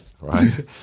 Right